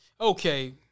Okay